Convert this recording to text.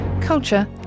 culture